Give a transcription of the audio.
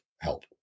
help